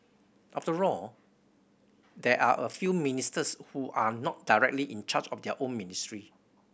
after all there are a few ministers who are not directly in charge of their own ministry